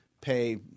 pay